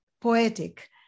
poetic